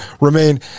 remain